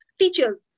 teachers